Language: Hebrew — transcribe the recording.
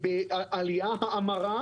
הייתה האמרה